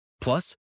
Plus